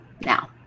now